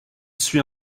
suit